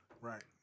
Right